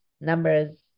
numbers